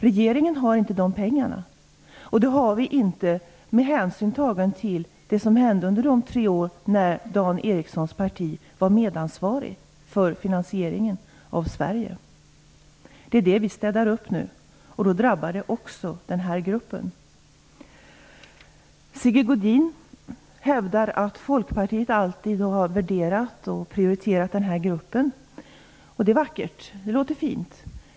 Regeringen har inte de pengarna, beroende på vad som hände under de tre år då Dan Ericssons parti var medansvarigt för finansieringen av Sverige. Det är det vi städar upp nu, och då drabbar det också den här gruppen. Sigge Godin hävdar att Folkpartiet alltid har värderat och prioriterat den här gruppen. Det är vackert sagt. Det låter fint.